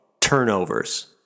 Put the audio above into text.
turnovers